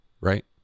right